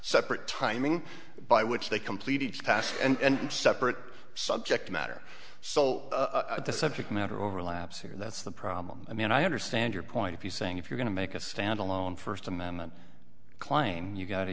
separate timing by which they complete each task and separate subject matter so the subject matter overlaps here that's the problem i mean i understand your point if you saying if you're going to make a stand alone first amendment claim you've got to